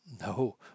no